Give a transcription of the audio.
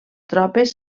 tropes